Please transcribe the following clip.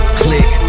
click